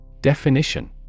Definition